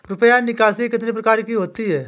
रुपया निकासी कितनी प्रकार की होती है?